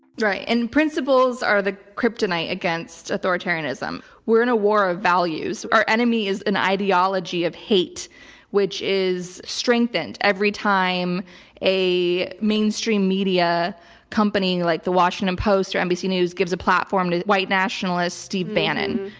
and principles are the kryptonite against authoritarianism. we're in a war of values. our enemy is an ideology of hate which is strengthened every time a mainstream media company like the washington post or nbc news gives a platform to the white nationalist steve bannon.